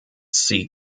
see